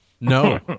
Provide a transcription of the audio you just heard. No